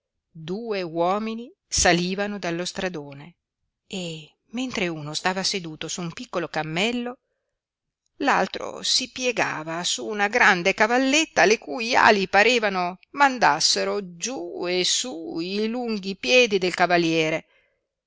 due uomini salivano dallo stradone e mentre uno stava seduto su un piccolo cammello l'altro si piegava su una grande cavalletta le cui ali parevano mandassero giú e su i lunghi piedi del cavaliere